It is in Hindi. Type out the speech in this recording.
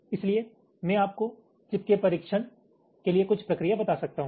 इसलिए मैं आपको चिप के परीक्षण के लिए कुछ प्रक्रिया बता सकता हूं